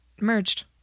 merged